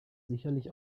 sicherlich